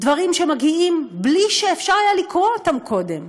דברים שמגיעים בלי שהיה אפשר לקרוא אותם קודם,